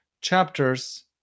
chapters